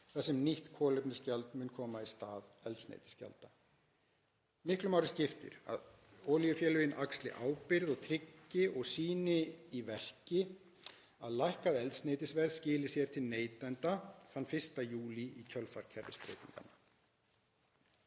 þar sem nýtt kílómetragjald mun koma í stað eldsneytisgjalda. Miklu máli skiptir að olíufélögin axli ábyrgð og tryggi og sýni í verki að lækkað eldsneytisverð skili sér til neytenda þann 1. júlí í kjölfar kerfisbreytinganna.